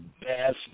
best